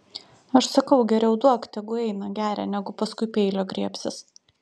aš sakau geriau duok tegu eina geria negu paskui peilio griebsis